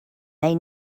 they